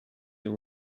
you